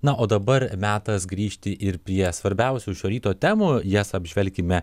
na o dabar metas grįžti ir prie svarbiausių šio ryto temų jas apžvelkime